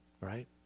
right